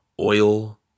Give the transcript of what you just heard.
oil